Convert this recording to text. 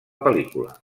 pel·lícula